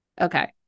Okay